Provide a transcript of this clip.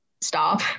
stop